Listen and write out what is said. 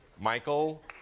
Michael